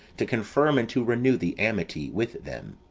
to confirm and to renew the amity with them